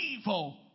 evil